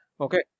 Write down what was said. Okay